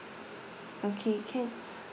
okay can